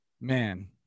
man